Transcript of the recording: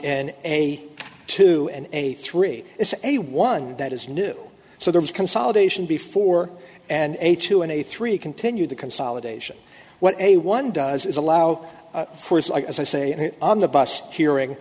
in a two and a three is a one that is new so there was consolidation before and a two and a three continue the consolidation what a one does is allow for as i say on the bus hearing